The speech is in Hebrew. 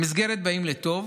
במסגרת "באים לטוב"